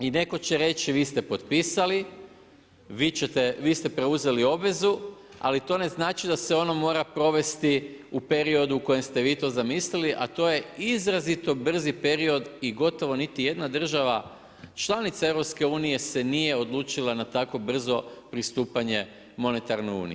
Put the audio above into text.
I netko će reći vi ste potpisali, vi ste preuzeli obvezu, ali to ne znači da se ono mora provesti u periodu u kojem ste vi to zamislili a to je izrazito brzi period i gotovo niti jedna država članica EU se nije odlučila na tako brzo pristupanje monetarnoj uniji.